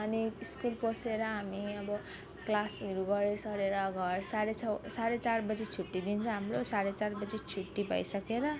अनि स्कुल पसेर हामी अब क्लासहरू गरेर सरेर घर साढे छ साढे चार बजी छुट्टी दिन्छ हाम्रो साढे चार बजी छुट्टी भइसकेर